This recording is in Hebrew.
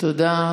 תודה.